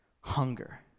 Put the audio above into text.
hunger